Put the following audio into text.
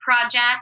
project